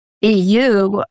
EU